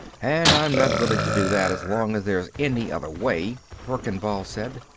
and i'm not willing to do that as long as there's any other way, verkan vall said.